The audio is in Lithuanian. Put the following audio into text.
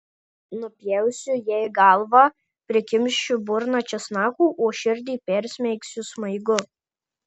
nupjausiu jai galvą prikimšiu burną česnakų o širdį persmeigsiu smaigu